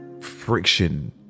friction